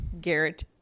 Garrett